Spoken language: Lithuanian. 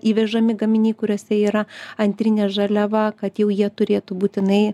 įvežami gaminiai kuriuose yra antrinė žaliava kad jau jie turėtų būtinai